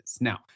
Now